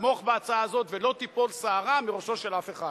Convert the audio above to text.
לתמוך בהצעה הזאת ולא תיפול שערה מראשו של אף אחד.